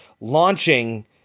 launching